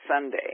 Sunday